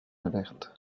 alerte